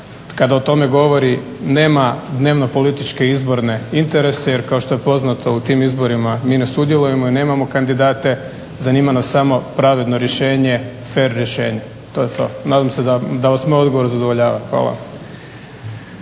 kada o tome govori nema političke izborne interese jer kao što je poznato u tim izborima mi ne sudjelujemo i nemamo kandidate. Zanima nas samo pravedno rješenje, fer rješenje, to je to. Nadam se da vas moj odgovor zadovoljava. Hvala.